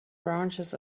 branches